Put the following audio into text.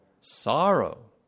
Sorrow